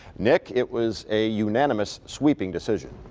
nick, it was a unanimous sweeping decision.